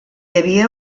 havia